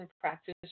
practice